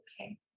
Okay